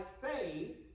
faith